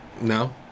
No